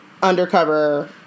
undercover